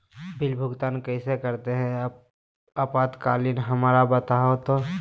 Bill भुगतान कैसे करते हैं आपातकालीन हमरा बताओ तो?